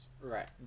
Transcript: Right